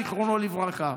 זיכרונו לברכה.